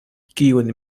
kiun